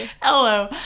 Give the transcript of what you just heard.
hello